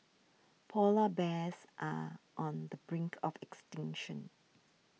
Polar Bears are on the brink of extinction